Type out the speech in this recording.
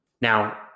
Now